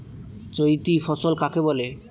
চৈতি ফসল কাকে বলে?